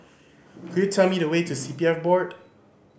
could you tell me the way to C P F Board